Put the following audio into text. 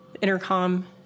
intercom